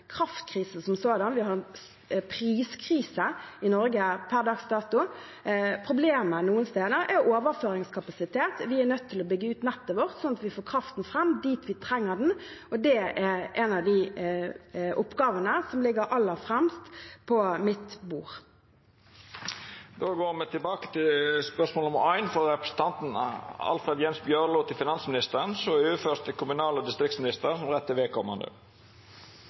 kraftkrise som sådan. Vi har en priskrise i Norge per dags dato. Problemet noen steder er overføringskapasitet. Vi er nødt til å bygge ut nettet vårt sånn at vi får kraften fram dit vi trenger den, og det er en av de oppgavene som ligger aller fremst på mitt bord. Me går då tilbake til spørsmål 1. «Regjeringa vil bruke mange hundre millionar kroner til å dekke 100 pst. av kostnadene for fylkeskommunar som